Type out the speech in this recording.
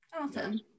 awesome